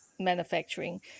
manufacturing